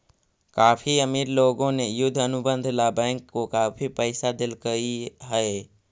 काफी अमीर लोगों ने युद्ध अनुबंध ला बैंक को काफी पैसा देलकइ हे